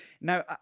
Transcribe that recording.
now